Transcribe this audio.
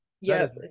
Yes